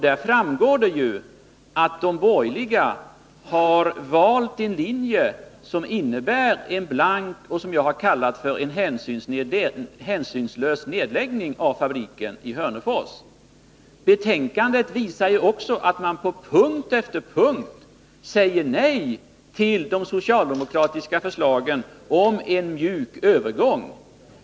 Där framgår det ju att de borgerliga valt en linje som innebär en blank och — som jag kallat det — hänsynslös nedläggning av fabriken i Hörnefors. Betänkandet visar också att man på punkt efter punkt säger nej till de socialdemokratiska förslagen om en mjuk övergång.